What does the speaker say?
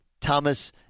Thomas